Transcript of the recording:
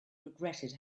regretted